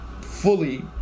fully